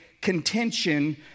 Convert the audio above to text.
contention